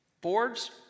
Boards